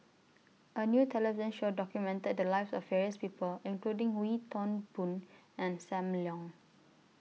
A New television Show documented The Lives of various People including Wee Toon Boon and SAM Leong